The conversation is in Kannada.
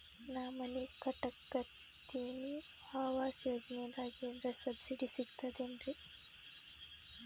ನಾ ಮನಿ ಕಟಕತಿನಿ ಆವಾಸ್ ಯೋಜನದಾಗ ಏನರ ಸಬ್ಸಿಡಿ ಸಿಗ್ತದೇನ್ರಿ?